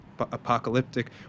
apocalyptic